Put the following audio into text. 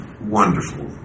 wonderful